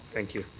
thank you.